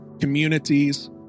communities